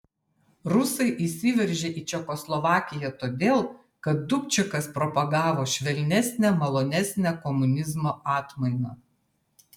rusai įsiveržė į čekoslovakiją todėl kad dubčekas propagavo švelnesnę malonesnę komunizmo atmainą